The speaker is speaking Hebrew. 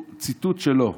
ציטוט שלו: